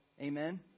Amen